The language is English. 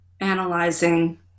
analyzing